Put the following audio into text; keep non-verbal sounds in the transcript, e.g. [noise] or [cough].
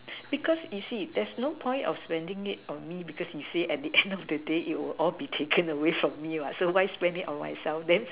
because you see there's no point of spending it on me because you say at the [noise] end of the day it will all be taken away from me what so why spend it on myself then